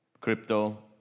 crypto